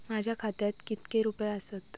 माझ्या खात्यात कितके रुपये आसत?